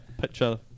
picture